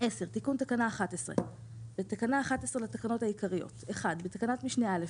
תיקון תקנה 11 10. בתקנה 11 לתקנות העיקריות - בתקנת משנה (א),